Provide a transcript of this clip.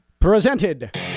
Presented